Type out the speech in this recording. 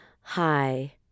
hi